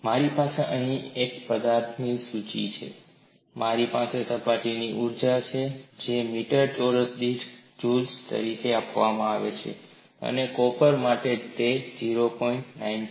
મારી પાસે અહીં પદાર્થની સૂચિ છે અને મારી પાસે સપાટીની ઊર્જા છે જે મીટર ચોરસ દીઠ જુલ્સ તરીકે આપવામાં આવે છે અને કોપર માટે તે 0